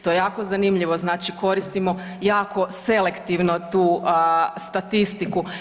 To je jako zanimljivo, znači koristimo jako selektivnu tu statistiku.